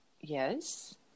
yes